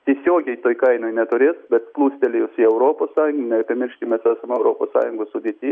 tiesiogiai toj kainoj neturės bet plūstelėjus į europos sąjun nepamirškim mes esam europos sąjungos sudėty